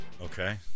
Okay